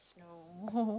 so